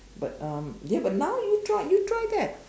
but um but ya now you try you try that